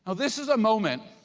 ah this is a moment